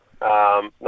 No